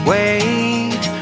Wait